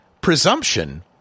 presumption